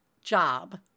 job